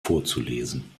vorzulesen